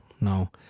no